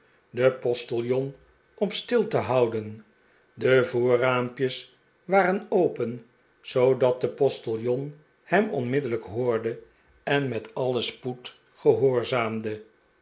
den postiljon om stil te houden de voorraarapjes waren open zoodat de postiljon hem onmiddellijk hoorde en met alien spoed gehoorzaamde